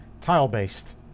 tile-based